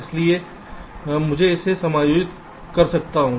इसलिए मैं इसे समायोजित कर सकता हूं